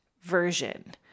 version